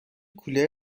کولر